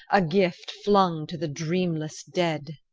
a gift flung to the dreamless dead.